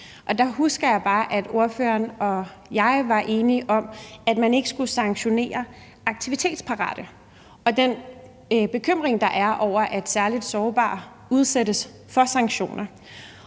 Der husker jeg bare, at ordføreren og jeg var enige om, at man ikke skulle sanktionere aktivitetsparate, og at vi delte en bekymring over, at særlig sårbare udsættes for sanktioner.